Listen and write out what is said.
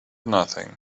nothing